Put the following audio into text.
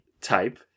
type